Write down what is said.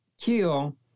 kill